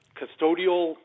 custodial